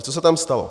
Co se tam stalo?